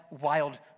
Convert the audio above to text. wild